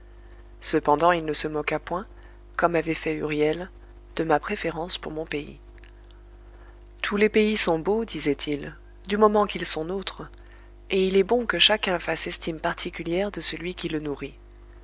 cependant il ne se moqua point comme avait fait huriel de ma préférence pour mon pays tous les pays sont beaux disait-il du moment qu'ils sont nôtres et il est bon que chacun fasse estime particulière de celui qui le nourrit